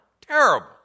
terrible